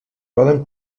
poden